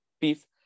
beef